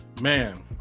Man